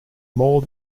more